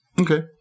Okay